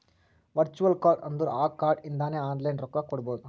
virtual card ಅಂದುರ್ ಆ card ಇಂದಾನೆ ಆನ್ಲೈನ್ ರೊಕ್ಕಾ ಕೊಡ್ಬೋದು